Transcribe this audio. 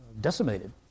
decimated